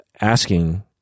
asking